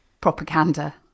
propaganda